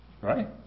Right